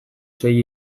sei